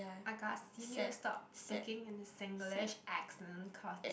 my god you needa stop speaking in a Singlish accent cause